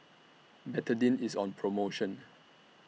Betadine IS on promotion